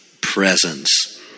presence